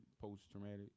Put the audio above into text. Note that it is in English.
post-traumatic